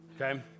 Okay